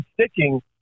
sticking